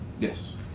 Yes